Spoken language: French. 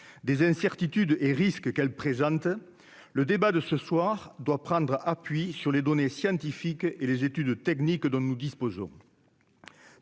des incertitudes et risques qu'elle présentent le débat de ce soir doit prendre appui sur les données scientifiques et les études techniques dont nous disposons,